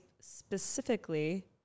specifically